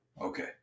Okay